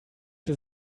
das